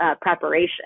preparation